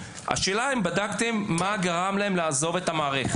השאלה היא האם בדקתם מה גרם להם לעזוב את המערכת?